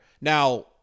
Now